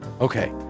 Okay